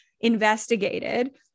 investigated